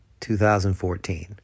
2014